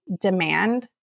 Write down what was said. demand